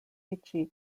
vichy